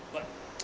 but